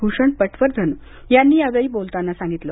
भूषण पटवर्धन यांनी यावेळी बोलताना सांगितलं